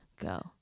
go